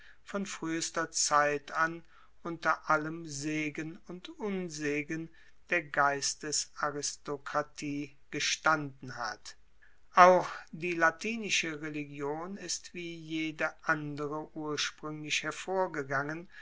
von fruehester zeit an unter allem segen und unsegen der geistesaristokratie gestanden hat auch die latinische religion ist wie jede andere urspruenglich hervorgegangen